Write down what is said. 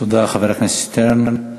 תודה, חבר הכנסת שטרן.